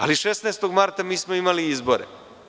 Ali, 16. marta mi smo imali izbore.